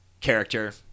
character